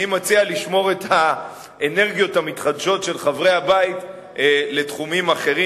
אני מציע לשמור את האנרגיות המתחדשות של חברי הבית לתחומים אחרים.